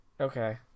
Okay